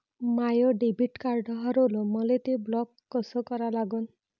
माय debit card हारवलं, मले ते ब्लॉक कस करा लागन?